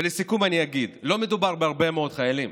לסיכום אני אגיד: לא מדובר בהרבה מאוד חיילים.